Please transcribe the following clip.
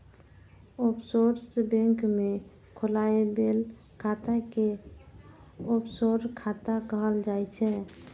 offshore bank मे खोलाएल खाता कें ऑफसोर खाता कहल जाइ छै